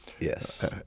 Yes